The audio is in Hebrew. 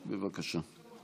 בבקשה.